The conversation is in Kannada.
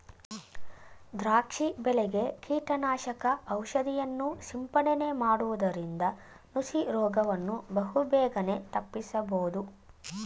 ದ್ರಾಕ್ಷಿ ಬೆಳೆಗೆ ಕೀಟನಾಶಕ ಔಷಧಿಯನ್ನು ಸಿಂಪಡನೆ ಮಾಡುವುದರಿಂದ ನುಸಿ ರೋಗವನ್ನು ಬಹುಬೇಗನೆ ತಪ್ಪಿಸಬೋದು